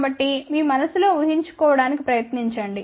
కాబట్టి మీ మనస్సులో ఊహించుకోవడానికి ప్రయత్నించండి